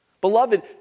Beloved